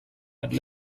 and